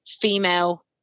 female